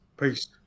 Peace